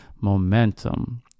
momentum